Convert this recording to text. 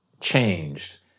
changed